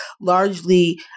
largely